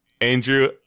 Andrew